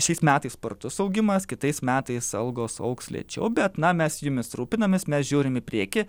šiais metais spartus augimas kitais metais algos augs lėčiau bet na mes jumis rūpinamės mes žiūrim į priekį